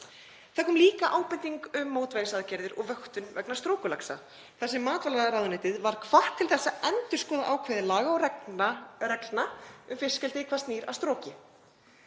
Það kom líka ábending um mótvægisaðgerðir og vöktun vegna strokulaxa þar sem matvælaráðuneytið var hvatt til þess að endurskoða ákvæði laga og reglna um fiskeldi hvað snýr að stroki.